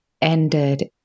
ended